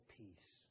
peace